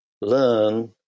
learn